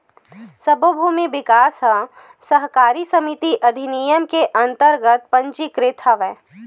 सब्बो भूमि बिकास बेंक ह सहकारी समिति अधिनियम के अंतरगत पंजीकृत हवय